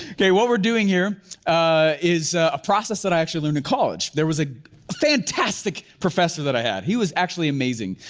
okay, what we're doing here is a process that i actually learned in college. there was a fantastic professor that i had. he was actually amazing.